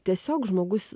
tiesiog žmogus